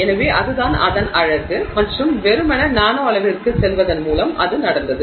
எனவே அதுதான் அதன் அழகு மற்றும் வெறுமனே நானோ அளவிற்குச் செல்வதன் மூலம் அது நடந்தது